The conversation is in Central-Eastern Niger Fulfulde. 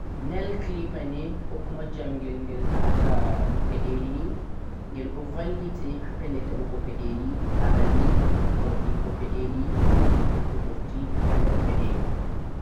nail clipper ni ko kuma jamghel gel ta'a ta pedeli ni gheldo vallite ha pellel ta'ugo pedeli aranni vo'ungo pedeli ko ittugo dutti ha der pedehli